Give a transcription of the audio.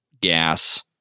gas